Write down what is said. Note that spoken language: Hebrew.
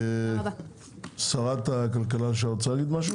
שרת הכלכלה לשעבר, בבקשה.